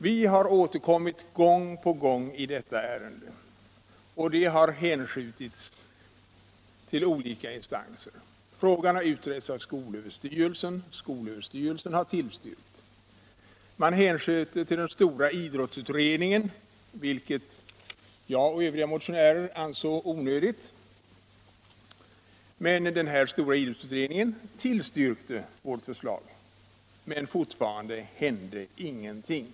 Vi motionärer har återkommit gång på gång i detta ärende, men det har bara hänskjutits till olika instanser. Frågan har utretts av skolöverstyrelsen som tillstyrkt vårt förslag. Man hänsköt då ärendet till den stora idrottsutredningen, vilket jag och övriga motionärer ansåg onödigt. Den stora idrottsutredningen tillstyrkte vårt förslag, men fortfarande hände ingenting.